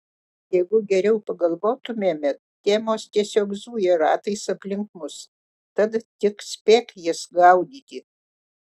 jeigu geriau pagalvotumėme temos tiesiog zuja ratais aplink mus tad tik spėk jas gaudyti